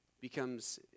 becomes